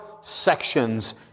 sections